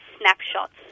snapshots